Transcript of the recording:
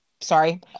Sorry